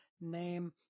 name